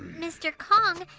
mr. kong!